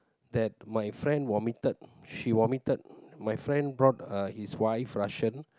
that my friend vomited she vomited my friend brought uh his wife Russian